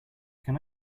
can